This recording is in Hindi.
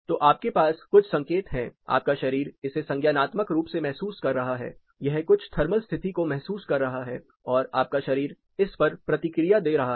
तो आपके पास कुछ संकेत हैं आपका शरीर इसे संज्ञानात्मक रूप से महसूस कर रहा है यह कुछ थर्मल स्थिति को महसूस कर रहा है और आपका शरीर इस पर प्रतिक्रिया दे रहा हैं